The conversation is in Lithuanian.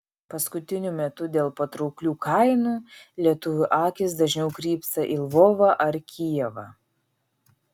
paskutiniu metu dėl patrauklių kainų lietuvių akys dažniau krypsta į lvovą ar kijevą